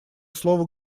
слово